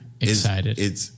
excited